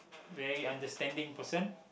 very understanding person